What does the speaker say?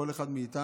כל אחד מאיתנו,